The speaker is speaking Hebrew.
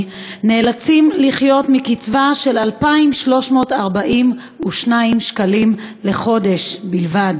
נאלצים לחיות מקצבה של 2,342 שקלים לחודש בלבד.